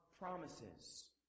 promises